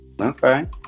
okay